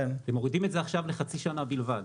אתם מורידים את זה עכשיו לחצי שנה בלבד.